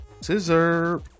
Scissor